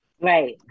right